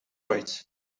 rights